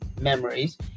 memories